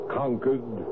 conquered